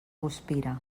guspira